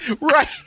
Right